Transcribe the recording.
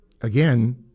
again